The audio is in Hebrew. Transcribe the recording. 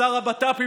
לשר הבט"פ,